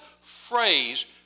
phrase